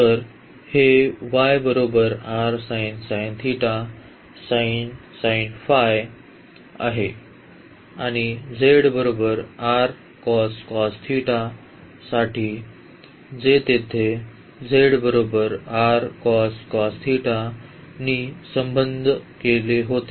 तर हे आहे आणिसाठी जे तेथे नी संबंध होते